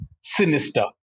sinister